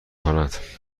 کند